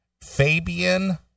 Fabian